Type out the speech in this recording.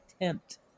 attempt